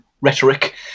rhetoric